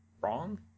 wrong